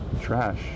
trash